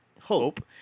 Hope